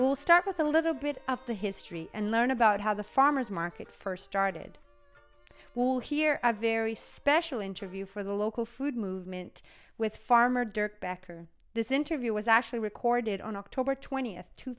we'll start with a little bit of the history and learn about how the farmer's market first started well here a very special interview for the local food movement with farmer dirck backer this interview was actually recorded on oct twentieth two